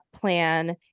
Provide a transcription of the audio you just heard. plan